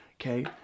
okay